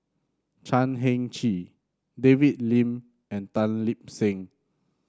Chan Heng Chee David Lim and Tan Lip Seng